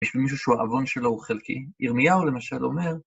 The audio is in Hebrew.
יש מישהו שהעוון שלו הוא חלקי, ירמיהו למשל אומר...